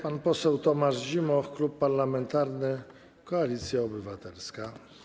Pan poseł Tomasz Zimoch, Klub Parlamentarny Koalicja Obywatelska.